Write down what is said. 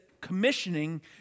commissioning